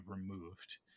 removed